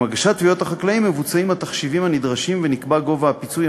עם הגשת תביעות החקלאים מבוצעים התחשיבים הנדרשים ונקבע גובה הפיצוי,